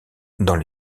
dans